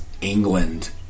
England